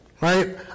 right